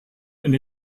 and